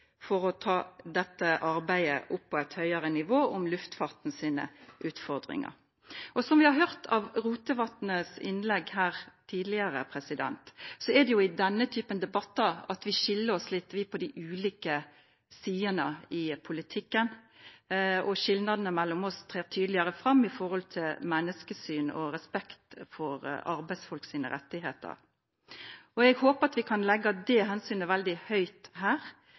for å ta dette arbeidet opp på et høyere nivå om luftfartens utfordringer. Som vi har hørt av Rotevatns innlegg her tidligere, er det i denne typen debatter vi skiller oss litt, vi på de ulike sidene i politikken, og skilnadene mellom oss trer tydeligere fram med hensyn til menneskesyn og respekt for arbeidsfolks rettigheter. Jeg håper at vi kan sette det hensynet veldig høyt her